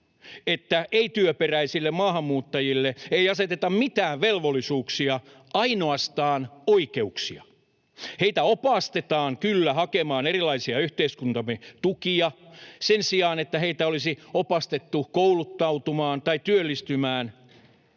ei-työperäisille maahanmuuttajille ei aseteta mitään velvollisuuksia, ainoastaan oikeuksia. Heitä opastetaan kyllä hakemaan erilaisia yhteiskuntamme tukia sen sijaan, että heitä olisi opastettu kouluttautumaan tai työllistymään,